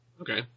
Okay